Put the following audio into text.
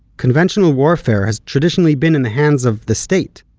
conventional warfare has traditionally been in the hands of the state.